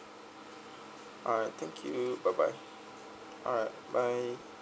alright thank you bye bye alright bye